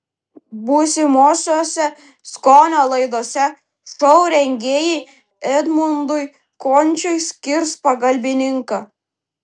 būsimosiose skonio laidose šou rengėjai edmundui končiui skirs pagalbininką